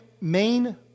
main